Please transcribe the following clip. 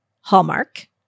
Hallmark